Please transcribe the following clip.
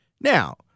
Now